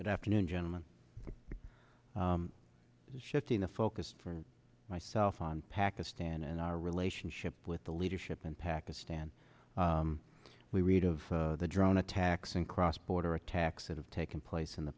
good afternoon gentlemen shifting the focus for myself on pakistan and our relationship with the leadership in pakistan we read of the drone attacks and cross border attacks that have taken place in the